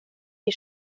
die